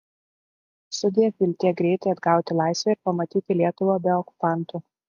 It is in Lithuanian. sudiev viltie greitai atgauti laisvę ir pamatyti lietuvą be okupantų